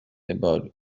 about